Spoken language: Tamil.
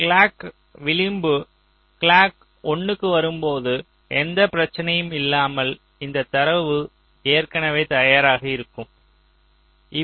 இந்த கிளாக் விளிம்பு கிளாக் 1 க்கு வரும்போது எந்த பிரச்சனையும் இல்லாமல் இந்த தரவு ஏற்கனவே தயாராக இருக்கம்